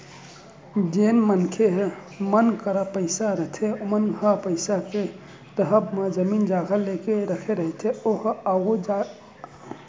जेन मनखे मन करा पइसा रहिथे ओमन ह पइसा के राहब म जमीन जघा लेके रखे रहिथे ओहा आघु जागे लोगन बर काहेच के काम आथे